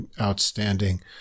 outstanding